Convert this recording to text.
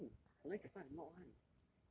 online online can find a lot [one]